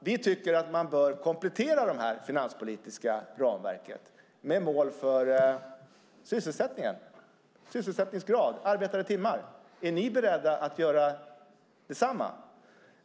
Vi tycker att man bör komplettera det finanspolitiska ramverket med mål för sysselsättningen, till exempel sysselsättningsgrad och arbetade timmar. Är ni beredda att göra detsamma?